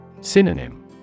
Synonym